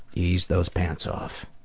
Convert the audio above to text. ease those pants off.